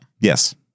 Yes